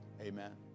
Amen